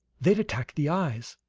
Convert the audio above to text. they'd attack the eyes.